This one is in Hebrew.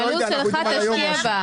אבל קושניר, עם הלו"ז שלך תשקיע בה.